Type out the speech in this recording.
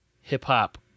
hip-hop